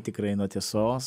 tikrai nuo tiesos